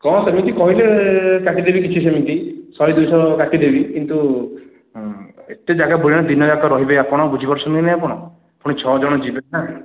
ହଁ ସେମିତି କହିଲେ କାଟିଦେବି କିଛି ସେମିତି ଶହେ ଦୁଇଶହ କାଟିଦେବି କିନ୍ତୁ ଏତେ ଜାଗା ଦିନ ଯାକ ରହିବେ ଆପଣ ବୁଝିପାରୁଛନ୍ତି ନା ନାହିଁ ଆପଣ ପୁଣି ଛଅ ଜଣ ଯିବେ ନା